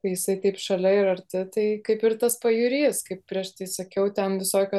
kai jisai kaip šalia ir arti tai kaip ir tas pajūris kaip prieš tai sakiau ten visokio